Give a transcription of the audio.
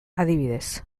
adibidez